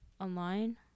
online